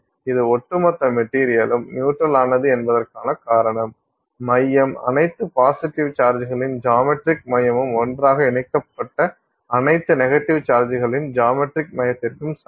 இது ஒட்டுமொத்த மெட்டீரியலும் நியூட்ரல் ஆனது என்பதற்கான காரணம் மையம் அனைத்து பாசிட்டிவ் சார்ஜ்களின் ஜாமெட்ரிக் மையமும் ஒன்றாக இணைக்கப்பட்ட அனைத்து நெகட்டிவ் சார்ஜ்களின் ஜாமெட்ரிக் மையத்திற்கும் சமம்